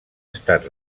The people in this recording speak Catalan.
estat